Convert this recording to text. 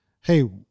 Hey